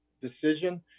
decision